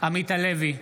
עמית הלוי,